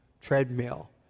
treadmill